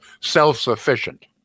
self-sufficient